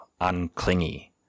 unclingy